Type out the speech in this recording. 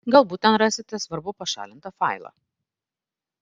galbūt ten rasite svarbų pašalintą failą